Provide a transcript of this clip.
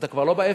אתה כבר לא באפס.